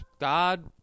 God